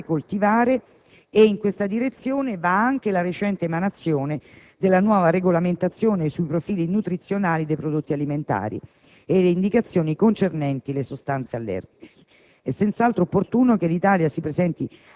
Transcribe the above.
Questo impegno noi lo dobbiamo alimentare e coltivare; in tale direzione va anche la recente emanazione della nuova regolamentazione sui profili nutrizionali dei prodotti alimentari e le indicazioni concernenti le sostanze allergiche.